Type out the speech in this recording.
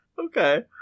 okay